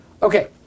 Okay